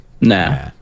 Nah